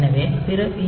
எனவே பிற பி